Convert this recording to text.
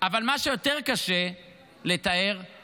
אבל מה שיותר קשה לתאר זה